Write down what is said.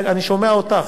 אני שומע אותך,